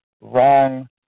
wrong